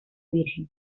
virgen